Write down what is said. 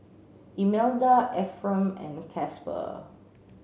Imelda Ephram and Casper